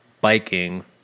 biking